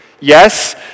Yes